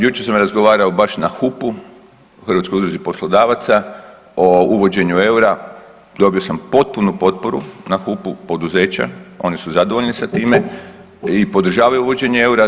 Jučer sam razgovarao baš na HUP-u, Hrvatskoj udruzi poslodavaca, o uvođenju EUR-a, dobio sam potpunu potporu na HUP-u poduzeća, oni su zadovoljni sa time i podržavaju uvođenje EUR-a.